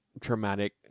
traumatic